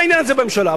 לעניין הזה בממשלה,